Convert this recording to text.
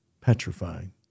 Petrifying